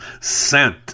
sent